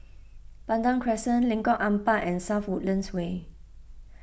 Pandan Crescent Lengkong Empat and South Woodlands Way